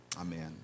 Amen